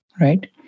right